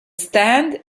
stand